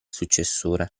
successore